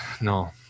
no